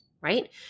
right